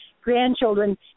grandchildren